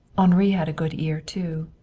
henri had a good ear too.